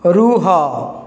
ରୁହ